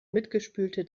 mitgespülte